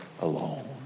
alone